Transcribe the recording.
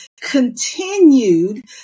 continued